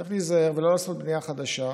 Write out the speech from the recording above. צריך להיזהר ולא לעשות בנייה חדשה,